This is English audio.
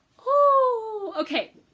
oh. okay.